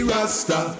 Rasta